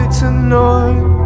tonight